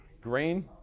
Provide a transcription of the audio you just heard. green